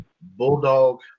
bulldog